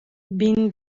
bin